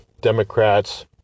Democrats